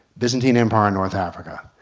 byzantine empire and north africa.